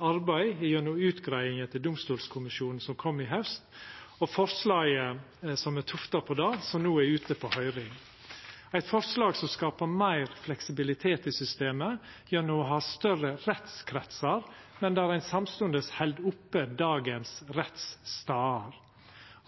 arbeid gjennom utgreiinga til Domstolkommisjonen som kom i haust, og forslaget som er tufta på det, som no er ute på høyring – eit forslag som skaper meir fleksibilitet i systemet gjennom å ha større rettskretsar, men der ein samstundes held oppe dagens rettsstader.